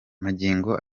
magingo